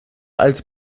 als